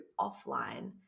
offline